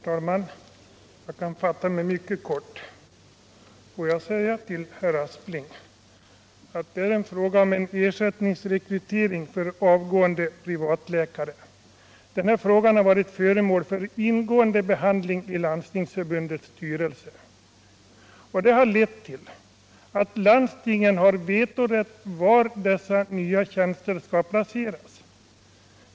Herr talman! Jag kan fatta mig mycket kort. Får jag säga till herr Aspling att det är fråga om ersättningsrekrytering för avgående privatläkare. Denna fråga har varit föremål för ingående behandling i Landstingsförbundets styrelse. Det har lett till att landstingen har vetorätt när det gäller att avgöra var dessa nya tjänster skall placeras.